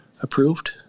approved